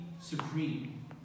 supreme